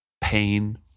pain